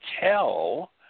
tell